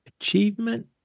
achievement